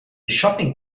shopping